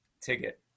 ticket